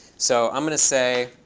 so i'm going to say